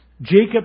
Jacob